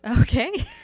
Okay